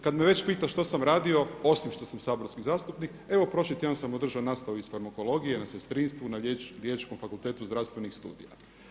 Kada me već pita što sam radio, osim što sam saborski zastupnik, evo prošli tjedan sam održao nastavu iz farmakologije na sestrinstvu, na Riječkom fakultetu zdravstvenih studija.